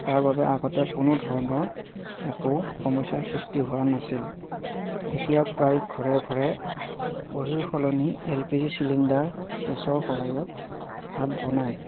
তাৰ বাবে আগতে কোনো ধৰণৰ একো সমস্যাৰ সৃষ্টি হোৱা নাছিল এতিয়া প্ৰায় ঘৰে ঘৰে খৰিৰ সলনি এল পি জি চিলিণ্ডাৰ গেছৰ সহায়ত ভাত বনায়